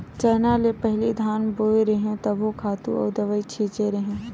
चना ले पहिली धान बोय रेहेव तभो खातू अउ दवई छिते रेहेव